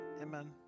Amen